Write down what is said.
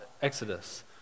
Exodus